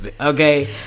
Okay